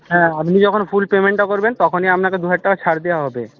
হ্যাঁ আপনি যখন ফুল পেমেন্টটা করবেন তখনই আপনাকে দুহাজার টাকা ছাড় দেওয়া হবে